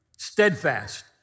steadfast